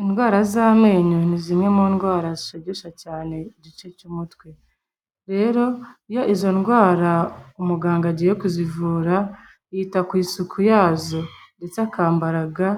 Indwara z'amenyo ni zimwe mu ndwara zishegesha cyane igice cy'umutwe. Rero iyo izo ndwara umuganga agiye kuzivura, yita ku isuku yazo, ndetse akambara ga